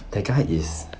that guy is